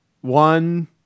one